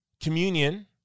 communion